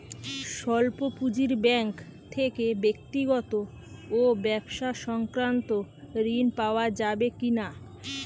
স্বল্প পুঁজির ব্যাঙ্ক থেকে ব্যক্তিগত ও ব্যবসা সংক্রান্ত ঋণ পাওয়া যাবে কিনা?